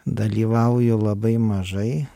dalyvauju labai mažai